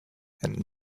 and